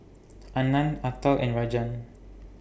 Anand Atal and Rajan